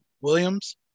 Williams